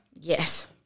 Yes